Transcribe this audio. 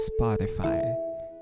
Spotify